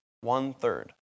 One-third